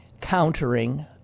countering